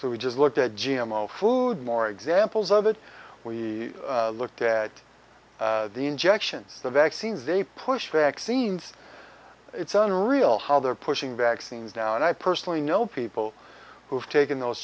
so we just looked at g m o food more examples of it we looked at the injections the vaccines they push vaccines it's unreal how they're pushing vaccines now and i personally know people who've taken those